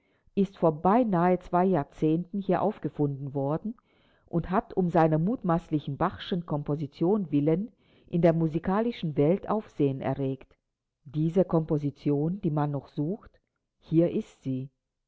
ist vor beinahe zwei jahrzehnten hier aufgefunden worden und hat um seiner mutmaßlichen bachschen komposition willen in der musikalischen welt aufsehen erregt diese komposition die man noch sucht hier ist sie